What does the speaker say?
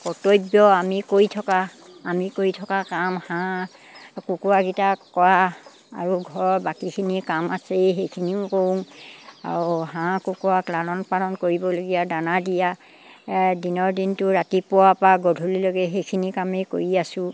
কৰ্তব্য আমি কৰি থকা আমি কৰি থকা কাম হাঁহ কুকুৰাকেইটাক কৰা আৰু ঘৰৰ বাকীখিনি কাম আছেই সেইখিনিও কৰোঁ আৰু হাঁহ কুকুৰাক লালন পালন কৰিবলগীয়া দানা দিয়া দিনৰ দিনটো ৰাতিপুৱাৰপৰা গধূলিলৈ সেইখিনি কামেই কৰি আছো